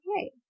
okay